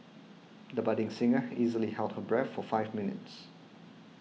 the budding singer easily held her breath for five minutes